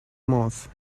mouth